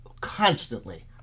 constantly